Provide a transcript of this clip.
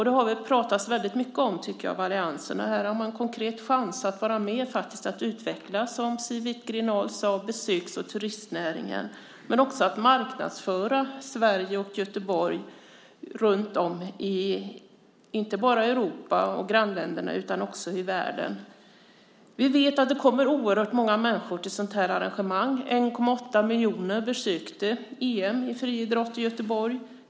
Det har pratats väldigt mycket om det i alliansen, och här har man en konkret chans att vara med och utveckla, som Siw Wittgren-Ahl sade, besöks och turistnäringen men också marknadsföra Sverige och Göteborg runtom, inte bara i Europa och grannländerna utan också i världen. Vi vet att det kommer oerhört många människor till sådana här arrangemang. 1,8 miljoner besökte EM i friidrott i Göteborg.